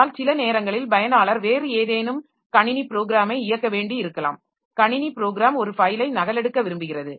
ஆனால் சில நேரங்களில் பயனாளர் வேறு ஏதேனும் கணினி ப்ரோக்ராமை இயக்க வேண்டியிருக்கலாம் கணினி ப்ரோக்ராம் ஒரு ஃபைலை நகலெடுக்க விரும்புகிறது